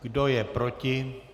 Kdo je proti?